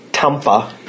Tampa